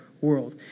world